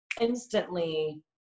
instantly